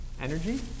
energy